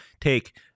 Take